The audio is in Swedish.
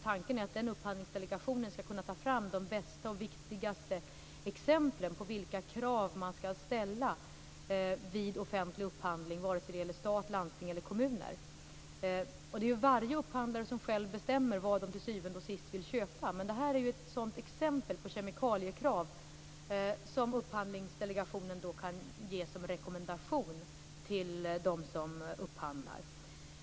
Tanken är att den skall kunna ta fram de bästa och viktigaste exemplen på vilka krav man skall ställa vid offentlig upphandling, vare sig det gäller stat, landsting eller kommuner. Varje upphandlare bestämmer förstås vad man till syvende och sist vill köpa, men sådana här kemikaliekrav är exempel på vad upphandlingsdelegationen kan ge som rekommendation till dem som upphandlar.